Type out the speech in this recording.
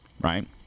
right